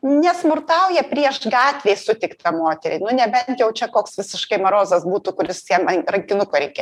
nesmurtauja prieš gatvėj sutiktą moterį nu nebent jau čia koks visiškai marozas būtų kuris jam rankinuką reikia